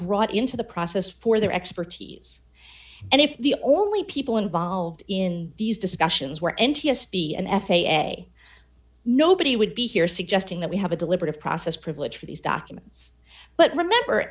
brought into the process for their expertise and if the only people involved in these discussions were n t s b and f a a nobody would be here suggesting that we have a deliberative process privilege for these documents but remember